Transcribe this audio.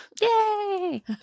yay